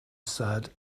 sad